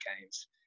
games